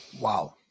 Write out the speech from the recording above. Wow